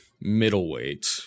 middleweight